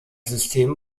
system